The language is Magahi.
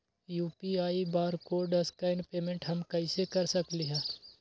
यू.पी.आई बारकोड स्कैन पेमेंट हम कईसे कर सकली ह?